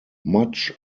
much